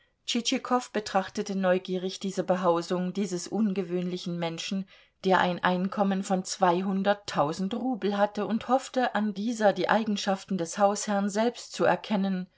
betrachtete neugierig die behausung dieses ungewöhnlichen menschen der ein einkommen von zweihunderttausend rubel hatte und hoffte an dieser die eigenschaften des hausherrn selbst zu erkennen